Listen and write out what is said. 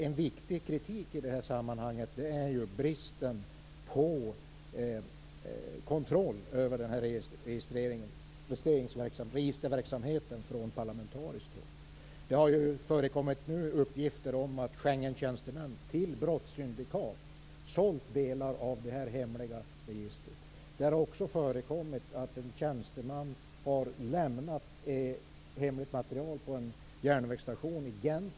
En viktig kritik i detta sammanhang gäller bristen på kontroll från parlamentariskt håll över den här registerverksamheten. Det har nu förekommit uppgifter om att Schengentjänstemän till brottssyndikat sålt delar av det hemliga registret. Det har också förekommit att en tjänsteman har lämnat hemligt material på en järnvägsstation i Gent.